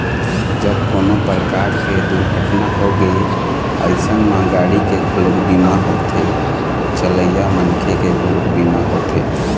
जब कोनो परकार के दुरघटना होगे अइसन म गाड़ी के घलोक बीमा होथे, चलइया मनखे के घलोक बीमा होथे